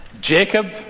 Jacob